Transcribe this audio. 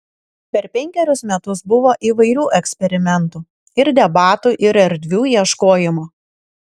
per penkerius metus buvo įvairių eksperimentų ir debatų ir erdvių ieškojimo